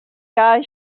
guy